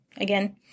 Again